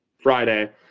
Friday